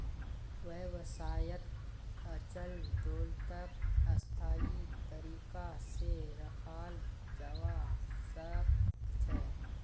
व्यवसायत अचल दोलतक स्थायी तरीका से रखाल जवा सक छे